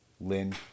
Lynn